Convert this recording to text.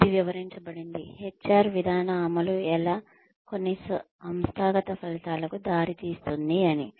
ఇది వివరించబడింది HR విధాన అమలు ఎలా కొన్ని సంస్థాగత ఫలితాలకు దారితీస్తుంది అని